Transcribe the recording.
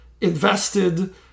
invested